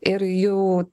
ir jau